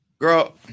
Girl